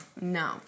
no